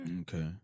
Okay